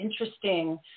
interesting